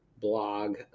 blog